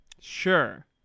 Sure